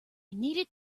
needed